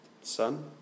son